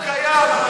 הוא קיים.